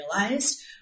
realized